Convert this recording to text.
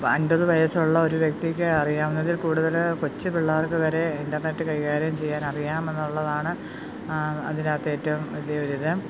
അൻപത് വയസ്സുള്ളൊരു വ്യക്തിക്ക് അറിയാവുന്നതിൽ കൂടുതൽ കൊച്ചു പിള്ളാർക്ക് വരെ ഇൻ്റർനെറ്റ് കൈകാര്യം ചെയ്യാനറിയാം എന്നുള്ളതാണ് അതിനകത്തേറ്റവും വലിയൊരിത്